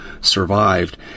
survived